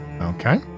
Okay